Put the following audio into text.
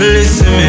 Listen